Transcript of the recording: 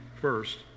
first